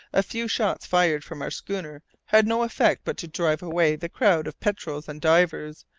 a few shots fired from our schooner had no effect but to drive away the crowd of petrels and divers,